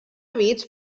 bits